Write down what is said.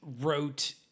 wrote